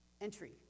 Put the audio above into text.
entry